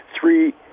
three